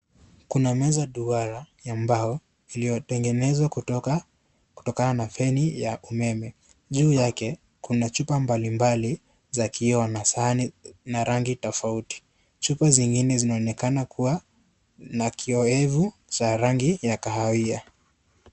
Kuna meza duara ya mbao iliyotengenezwa kutokana na feni ya umeme. Juu yake kuna chupa mbali mbali za kioo na sahani na rangi tofauti. Chupa zingine zinaonekana kuwa na kiowevu cha rangi ya kahawia.